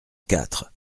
quatre